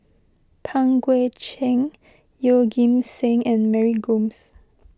Pang Guek Cheng Yeoh Ghim Seng and Mary Gomes